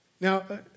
Now